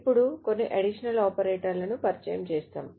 ఇప్పుడు కొన్ని అడిషనల్ ఆపరేటర్లను పరిచయం చేస్తాము